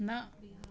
न